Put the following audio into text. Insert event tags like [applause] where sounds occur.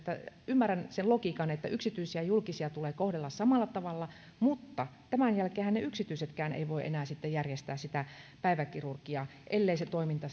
ymmärrän sen logiikan että yksityisiä ja julkisia tulee kohdella samalla tavalla mutta tämän jälkeenhän ne yksityisetkään eivät voi enää sitten järjestää sitä päiväkirurgiaa ellei se toiminta [unintelligible]